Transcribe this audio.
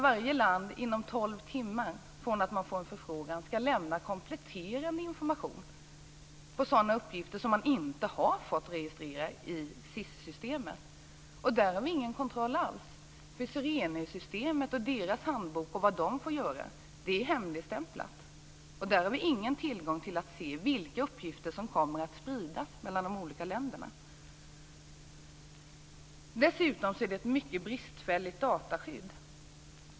Varje land skall inom tolv timmar efter det att det fått en förfrågan lämna kompletterande information. Det gäller sådana uppgifter som man inte fått registrera i SIS. Där har vi ingen kontroll alls. Sirene-handboken, som beskriver vad man får göra, är hemligstämplad. Vi har ingen möjlighet att se vilka uppgifter som kommer att spridas mellan de olika länderna. Dessutom är det ett mycket bristfälligt dataskydd.